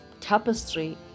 tapestry